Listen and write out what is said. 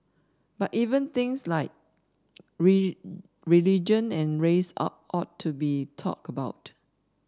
but even things like religion and race ought to be talked about